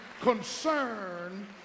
concern